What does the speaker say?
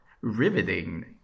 riveting